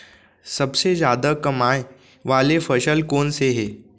सबसे जादा कमाए वाले फसल कोन से हे?